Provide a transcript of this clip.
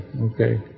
Okay